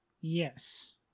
Yes